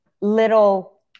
little